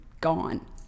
gone